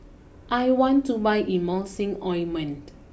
I want to buy Emulsying Ointment